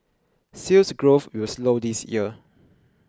Sales Growth will slow this year